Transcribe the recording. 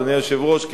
אדוני היושב-ראש,